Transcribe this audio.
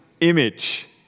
image